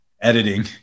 editing